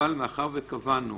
אבל מאחר שקבענו